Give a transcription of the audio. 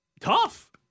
Tough